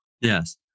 Yes